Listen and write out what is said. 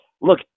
look